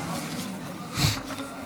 אדוני יו"ר